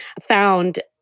found